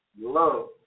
love